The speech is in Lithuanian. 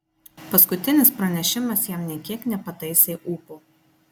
paskutinis pranešimas jam nė kiek nepataisė ūpo